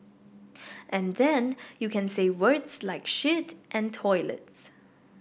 and then you can say words like shit and toilets